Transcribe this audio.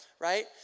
Right